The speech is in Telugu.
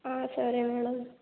సరే మేడం